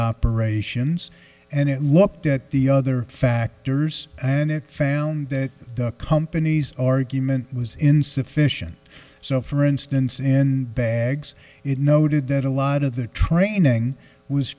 operations and it looked at the other factors and it found that the companies argument was insufficient so for instance in bags it noted that a lot of the training was